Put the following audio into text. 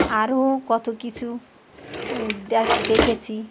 আরও কত কিছু দেখ দেখেছি